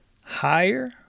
higher